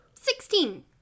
Sixteen